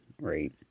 right